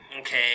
Okay